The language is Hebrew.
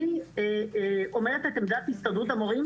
אני אומרת את עמדת הסתדרות המורים